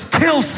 kill